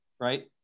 right